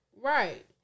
Right